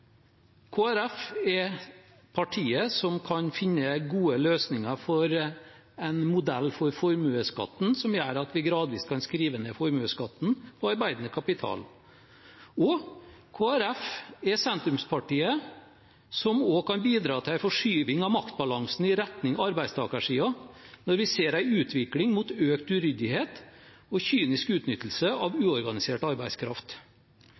er partiet som kan finne gode løsninger for en modell for formuesskatten som gjør at vi gradvis kan skrive ned formuesskatten og skatt på arbeidende kapital. Og Kristelig Folkeparti er sentrumspartiet som også kan bidra til forskyving av maktbalansen i retning arbeidstakersiden når vi ser en utvikling mot økt uryddighet og kynisk utnyttelse av uorganisert arbeidskraft.